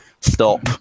stop